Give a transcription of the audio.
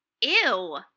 ew